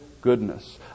goodness